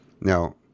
Now